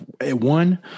one